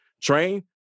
train